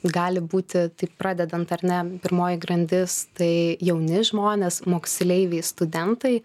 gali būti tai pradedant ar ne pirmoji grandis tai jauni žmonės moksleiviai studentai